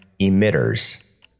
Emitters